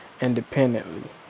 independently